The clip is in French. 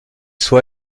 soi